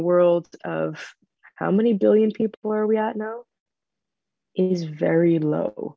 world of how many billion people are we at now is very low